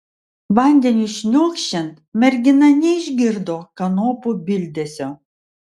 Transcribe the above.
vandeniui šniokščiant mergina neišgirdo kanopų bildesio